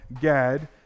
Gad